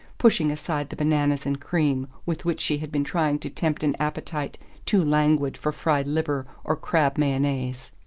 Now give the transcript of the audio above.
pushing aside the bananas and cream with which she had been trying to tempt an appetite too languid for fried liver or crab mayonnaise.